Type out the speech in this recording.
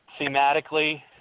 thematically